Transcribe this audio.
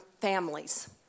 families